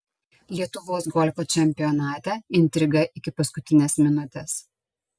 lietuvos golfo čempionate intriga iki paskutinės minutės